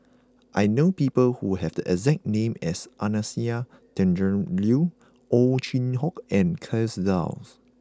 I know people who have the exact name as Anastasia Tjendri Liew Ow Chin Hock and Kay Das